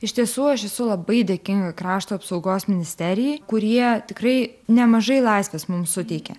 iš tiesų aš esu labai dėkinga krašto apsaugos ministerijai kurie tikrai nemažai laisvės mum suteikė